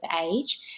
age